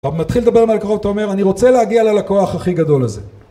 הוא מתחיל לדבר עם הלקוחות, הוא אומר, אני רוצה להגיע ללקוח הכי גדול הזה